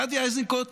גדי איזנקוט,